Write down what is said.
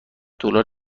دلار